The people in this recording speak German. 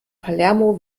palermo